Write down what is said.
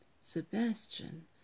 Sebastian